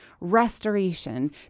restoration